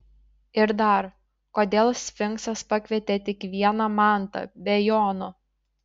ir dar kodėl sfinksas pakvietė tik vieną mantą be jono